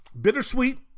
bittersweet